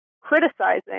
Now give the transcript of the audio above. criticizing